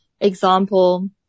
example